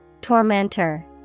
Tormentor